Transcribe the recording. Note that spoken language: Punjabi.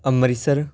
ਅੰਮ੍ਰਿਤਸਰ